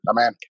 Amen